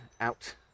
out